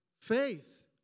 faith